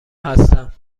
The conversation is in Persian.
هستم